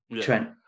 Trent